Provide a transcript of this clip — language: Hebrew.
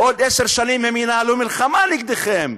בעוד עשר שנים הם ינהלו מלחמה נגדכם.